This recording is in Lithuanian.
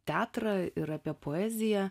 teatrą ir apie poeziją